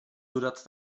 dodat